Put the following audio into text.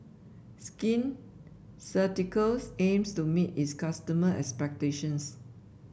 Skin Ceuticals aims to meet its customer expectations